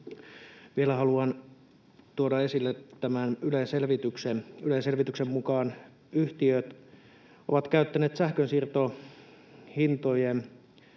Vielä haluan tuoda esille tämän Ylen selvityksen. Ylen selvityksen mukaan yhtiöt ovat käyttäneet sähkönsiirtohintojen